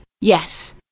yes